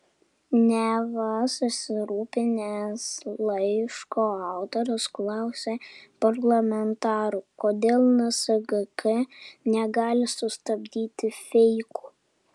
neva susirūpinęs laiško autorius klausė parlamentarų kodėl nsgk negali sustabdyti feikų